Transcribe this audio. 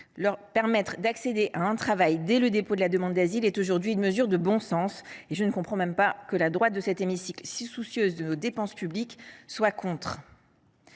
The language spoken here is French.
Leur permettre d’accéder à un travail dès le dépôt de la demande d’asile est une mesure de bon sens. Aussi, je ne comprends pas que la droite de cet hémicycle, si soucieuse de nos dépenses publiques, y soit opposée.